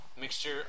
mixture